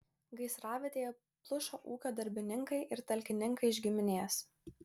gaisravietėje plušo ūkio darbininkai ir talkininkai iš giminės